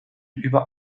über